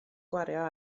gwario